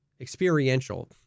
Experiential